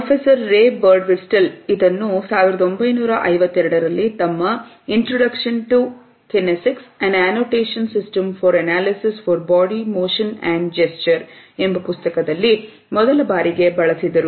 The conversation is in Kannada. ಪ್ರೊಫೆಸರ್ ರೆವರ್ಡ್ ಮಿಸ್ಟರ್ ಇದನ್ನು 1952 ರಲ್ಲಿ ತಮ್ಮ An Introduction to Kinesics An Annotation System For Analysis For Body Motion and Gesture ಎಂಬ ಪುಸ್ತಕದಲ್ಲಿ ಮೊದಲ ಬಾರಿಗೆ ಬಳಸಿದರು